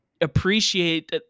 appreciate